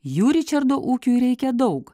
jų ričardo ūkiui reikia daug